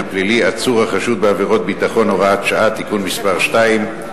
הפלילי (עצור החשוד בעבירת ביטחון) (הוראת שעה) (תיקון מס' 2),